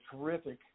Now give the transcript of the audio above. terrific